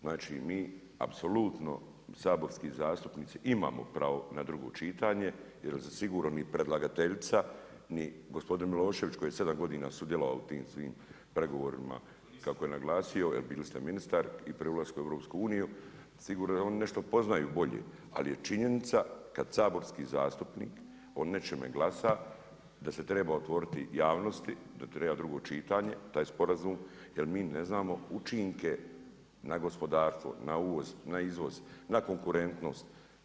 Znači mi apsolutno saborski zastupnici imamo pravo na drugo čitanje jel sigurno ni predlagatelja ni gospodin Milošević koji je sedam godina sudjelovao u svim tim pregovorima kako je naglasio jel bili ste ministar i pri ulasku u EU sigurno da oni nešto poznaju bolje, ali je činjenica kada saborski zastupnik o nečemu glasa da se treba otvoriti javnosti, da treba drugo čitanje taj sporazum jel mi ne znamo učinke na gospodarstvo, na uvoz, na izvoz, na konkurentnost.